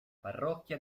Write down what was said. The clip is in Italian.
parrocchia